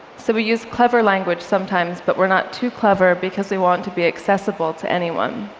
so we use clever language sometimes, but we're not too clever, because we want to be accessible to anyone.